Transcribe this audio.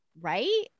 Right